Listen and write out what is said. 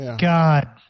God